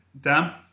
Dan